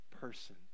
person